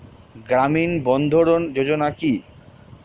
গ্রামীণ বন্ধরন যোজনা কি?